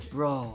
Bro